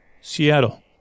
Seattle